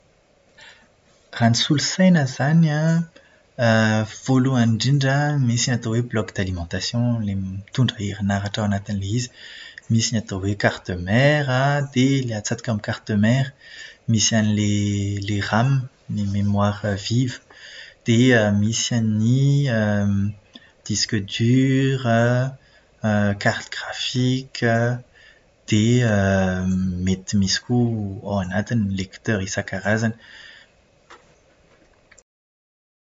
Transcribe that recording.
Raha ny solosaina izany an, voalohany indrindra misy ny atao hoe "bloc d'alimentation" mitondra herinaratra ao anatin'ilay izy. Misy ny atao hoe "carte mère" an, dia ny atsatoka amin'ny carte mère misy an'ilay RAM, ny "mémoire vive". Dia misy an'ny "disque dur" an, "carte graphique", dia mety misy koa anatiny ny "lecteurs" isankarazany.